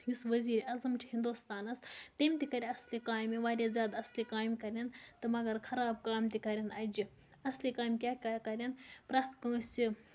یُس ؤزیٖرِ اعظم چھِ ہِنٛدوستانَس تٔمۍ تہِ کَرِ اَصلہِ کامہِ واریاہ زیادٕ اَصلہِ کامہِ کَرٮ۪ن تہٕ مگر خراب کامہِ تہِ کَرٮ۪ن اَجہِ اَصلہِ کامہِ کیٛاہ کَرٮ۪ن پرٛٮ۪تھ کٲنٛسہِ